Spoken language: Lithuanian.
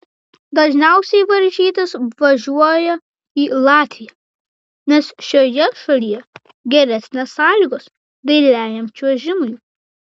dažniausiai varžytis važiuoja į latviją nes šioje šalyje geresnės sąlygos dailiajam čiuožimui